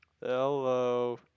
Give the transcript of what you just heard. Hello